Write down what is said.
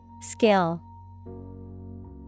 Skill